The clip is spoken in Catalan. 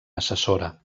assessora